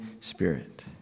Spirit